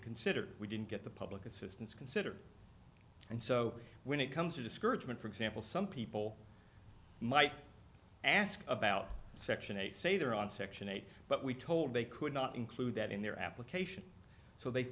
considered we didn't get the public assistance considered and so when it comes to discouragement for example some people might ask about section eight say they're on section eight but we told they could not include that in their application so they